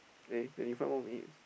eh twenty five more minutes